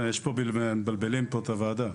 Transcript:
מבלבלים פה את הוועדה,